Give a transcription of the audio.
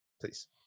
please